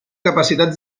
capacitats